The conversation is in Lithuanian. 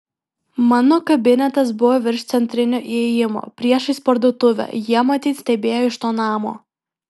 mano kabinetas buvo virš centrinio įėjimo priešais parduotuvę jie matyt stebėjo iš to namo